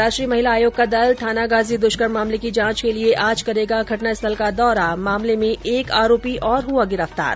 ्रीय महिला आयोग का दल थानागाजी दुष्कर्म मामले की जांच के लिये आज करेगा घटना स्थल का दौरा मामले में एक आरोपी और हुआ गिरफ्तार